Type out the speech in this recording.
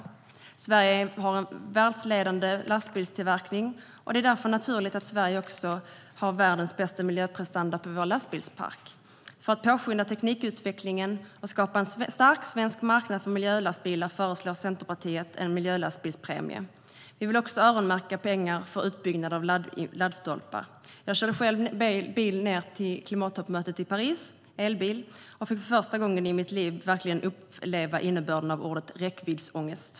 Sverige har en världsledande lastbilstillverkning, och det är därför naturligt att Sverige också har världens bästa miljöprestanda på vår lastbilspark. För att påskynda teknikutvecklingen och skapa en stark svensk marknad för miljölastbilar föreslår Centerpartiet en miljölastbilspremie. Vi vill också öronmärka pengar för utbyggnad av laddstolpar. Jag körde själv med elbil ned till klimattoppmötet i Paris och fick för första gången i mitt liv verkligen uppleva innebörden av ordet "räckviddsångest".